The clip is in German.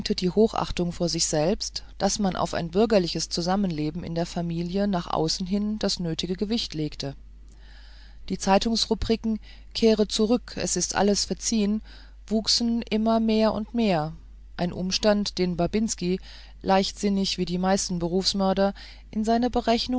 die hochachtung vor sich selbst daß man auf ein bürgerliches zusammenleben in der familie nach außen hin das nötige gewicht legte die zeitungsrubriken kehre zurück alles ist verziehen wuchsen immer mehr und mehr ein umstand den babinski leichtsinnig wie die meisten berufsmörder in seine